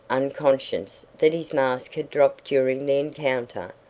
unconscious that his mask had dropped during the encounter,